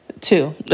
Two